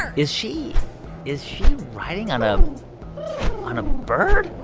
um is she is she riding on a on a bird?